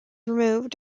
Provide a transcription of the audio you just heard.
removed